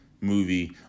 movie